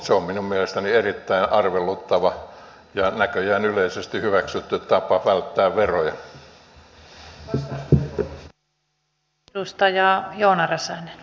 se on minun mielestäni erittäin arveluttava ja näköjään yleisesti hyväksytty tapa välttää veroja